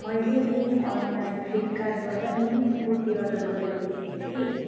मैले नि अनलाइन फ्लिपकार्टबाट नि कुर्ती अर्डर गरेको थिएँ कि